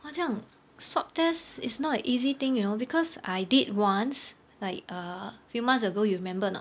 !wah! 这样 swab test is not an easy thing you know because I did once like err few months ago you remember or not